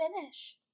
finish